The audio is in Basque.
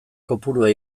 kopurua